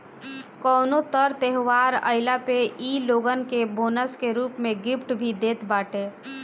कवनो तर त्यौहार आईला पे इ लोगन के बोनस के रूप में गिफ्ट भी देत बाटे